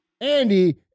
Andy